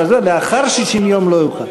לאחר 60 יום, לא יוכל.